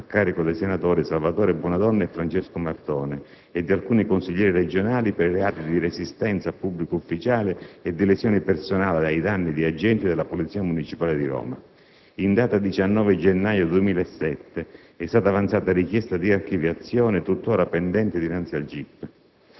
a carico dei senatori Salvatore Bonadonna e Francesco Martone e di alcuni consiglieri regionali per i reati di resistenza a pubblico ufficiale e di lesioni personali ai danni di agenti della Polizia municipale di Roma. In data 19 gennaio 2007 è stata avanzata richiesta di archiviazione, tuttora pendente dinanzi al GIP.